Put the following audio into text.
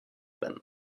them